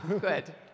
good